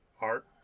Art